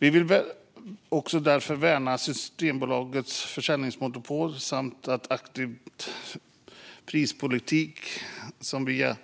Vi värnar därför Systembolagets försäljningsmonopol och en aktiv prispolitik som via